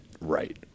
right